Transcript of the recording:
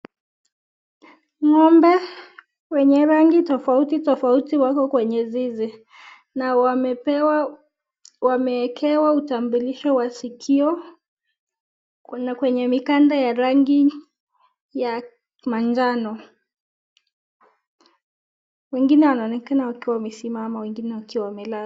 Ngombe wenye rangi tofauti tofauti wako kwenye zizi na wame wamewekewa utambilizi wa sikio na kwenye mitanda ya rangi ya manjano wengine wanaonekana wakiwa wamesimama wengine wakiwa wamevalia.